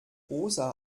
rosa